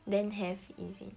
then have is it